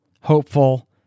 hopeful